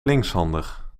linkshandig